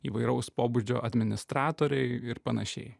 įvairaus pobūdžio administratoriai ir panašiai